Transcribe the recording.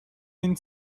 این